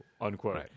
unquote